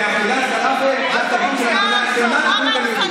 מאכילת פלאפל?